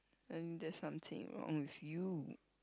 then there's something wrong with you